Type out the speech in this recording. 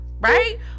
right